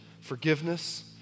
forgiveness